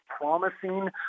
promising